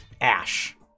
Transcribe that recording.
ash